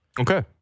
Okay